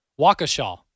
Waukesha